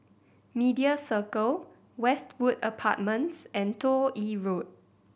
Media Circle Westwood Apartments and Toh Yi Road